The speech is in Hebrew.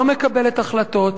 לא מקבלת החלטות.